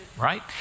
right